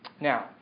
Now